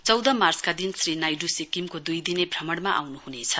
चौध मार्चका दिन श्री नाइडू सिक्किमको दुईदिने भ्रमणमा आउनुहुनेछ